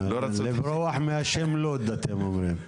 לברוח מהשם לוד, אתם אומרים.